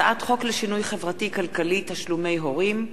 הצעת חוק לשינוי חברתי-כלכלי (תשלומי הורים),